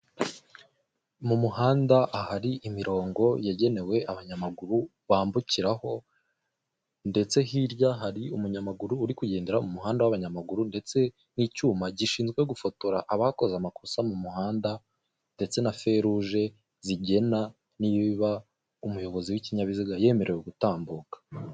Mu muhanda ahari imirongo yagenewe abanyamaguru bambukiraho ndetse hirya hari umunyamaguru uri kugendera mu muhanda w'abanyamaguru ndetse n'icyuma gishinzwe gufotora abakoze amakosa mu muhanda ndetse na feu rouge zigena niba yoba umuyobozi w'ikinyabiziga yemerewe gutambuka.